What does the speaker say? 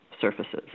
surfaces